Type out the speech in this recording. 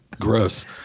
gross